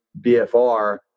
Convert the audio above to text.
BFR